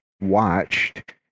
watched